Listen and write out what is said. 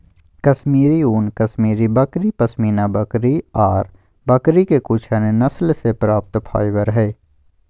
कश्मीरी ऊन, कश्मीरी बकरी, पश्मीना बकरी ऑर बकरी के कुछ अन्य नस्ल से प्राप्त फाइबर हई